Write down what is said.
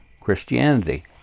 Christianity